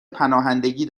پناهندگی